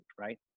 right